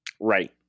Right